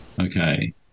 Okay